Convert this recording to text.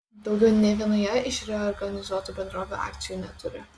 daugiau nė vienoje iš reorganizuotų bendrovių akcijų neturi